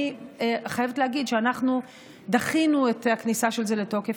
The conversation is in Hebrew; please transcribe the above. אני חייבת להגיד שדחינו את הכניסה של זה לתוקף